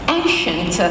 ancient